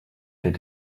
did